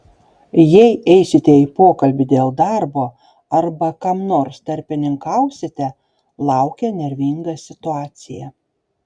jei eisite į pokalbį dėl darbo arba kam nors tarpininkausite laukia nervinga situacija